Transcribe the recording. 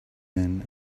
men